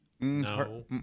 No